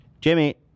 Jimmy